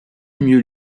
mieux